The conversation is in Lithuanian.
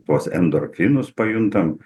tuos endorfinus pajuntam